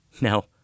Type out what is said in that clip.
Now